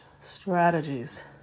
strategies